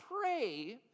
pray